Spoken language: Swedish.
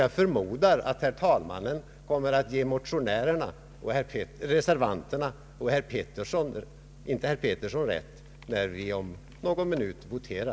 Jag förmodar att herr talmannen kommer att ge reservanterna men däremot inte herr Pettersson rätt, när vi om någon minut skall votera.